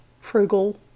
frugal